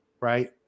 right